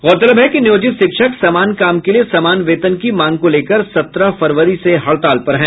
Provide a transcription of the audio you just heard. गौरतलब है कि नियोजित शिक्षक समान काम के लिये समान वेतन की मांग को लेकर सत्रह फरवरी से हड़ताल पर हैं